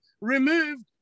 removed